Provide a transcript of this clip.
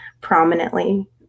Prominently